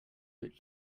but